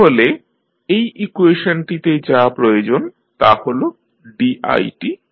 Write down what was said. তাহলে এই ইকুয়েশনটিতে যা প্রয়োজন তা' হল didt